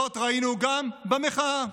זאת ראינו גם במחאה: